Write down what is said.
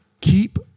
keep